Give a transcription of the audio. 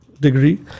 degree